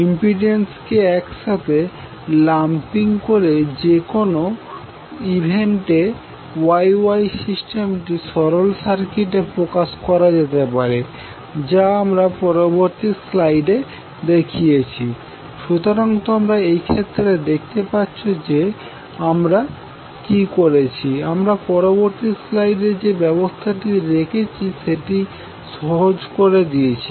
ইম্পিডেন্সকে একসাথে লাম্পিং করে যে কোন ও ইভেন্টেY Y সিস্টেমটি সরল সার্কিটে প্রকাশ করা যেতে পারে যা আমরা পরবর্তী স্লাইডে দেখিয়েছি সুতরাং তোমরা এই ক্ষেত্রে দেখতে পাচ্ছো যে আমরা কি করেছি আমরা পূরবর্তী স্লাইডে যে ব্যবস্থাটি দেখেছি সেটিকে সহজ করে দিয়েছি